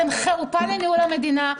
אתם חרפה לניהול המדינה,